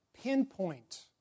pinpoint